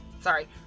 sorry